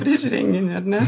prieš renginį ar ne